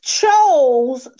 chose